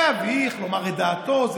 להביך, לומר את דעתו.